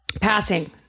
passing